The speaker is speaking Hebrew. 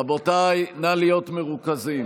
רבותיי, נא להיות מרוכזים.